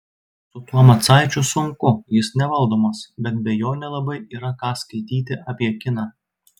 su tuo macaičiu sunku jis nevaldomas bet be jo nelabai yra ką skaityti apie kiną